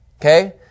Okay